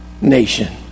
nation